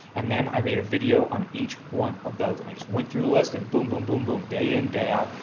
and then i made a video on each one of those, and i just went through the list and boom, boom, boom, boom, day in, day out.